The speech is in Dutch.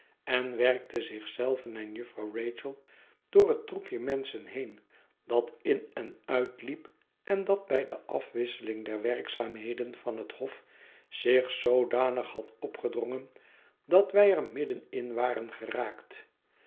en werkte zich zelven en jufvrouw rachel door het troepje menschen heen dat inen uitliep en dat bij de afwisseling der werkzaamheden van het hof zich zoodanig had opgedrongen dat wij er midden in waren geraakt